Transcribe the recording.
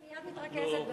אני מייד מתרכזת בך.